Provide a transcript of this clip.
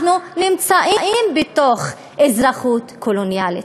אנחנו נמצאים בתוך אזרחות קולוניאלית.